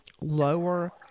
lower